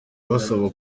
abasaba